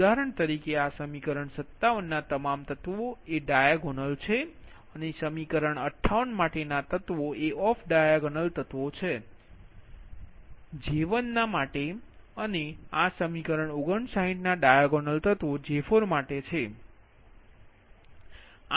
ઉદાહરણ તરીકે આ સમીકરણ 57 ના તમારા તત્વો એ ડાયાગોનલ છે અને સમીકરણ 58 માટેના તત્વો એ ઓફ ડાયાગોનલ તત્વો છે J1ના માટે અને આ સમીકરણ 59ના ડાયાગોનલ તત્વો J4માટે છે